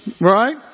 right